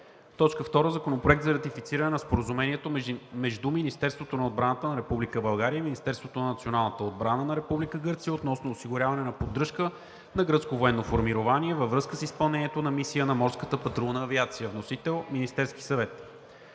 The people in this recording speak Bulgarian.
съвет. 2. Законопроект за ратифициране на Споразумението между Министерството на отбраната на Република България и Министерството на националната отбрана на Република Гърция относно осигуряване на поддръжка на гръцко военно формирование във връзка с изпълнението на мисия на Морската патрулна авиация. Вносител – Министерският съвет.